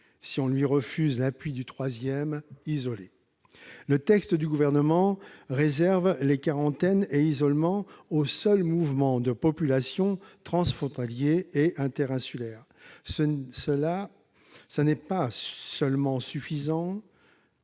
-si on lui refuse l'appui du troisième, à savoir « isoler »? Le texte du Gouvernement réserve les quarantaines et isolements aux seuls mouvements de population transfrontaliers ou interinsulaires. Ce n'est pas seulement insuffisant,